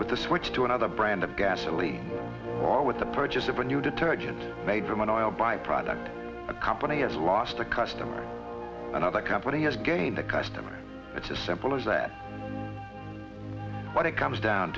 with the switch to another brand of gasoline or with the purchase of a new detergent made from an oil by product a company has lost a customer and other company has gained a customer it's as simple as that but it comes down